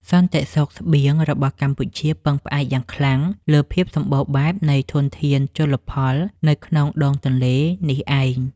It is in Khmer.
សន្តិសុខស្បៀងរបស់កម្ពុជាពឹងផ្អែកយ៉ាងខ្លាំងលើភាពសម្បូរបែបនៃធនធានជលផលនៅក្នុងដងទន្លេនេះឯង។